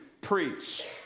preach